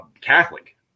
Catholic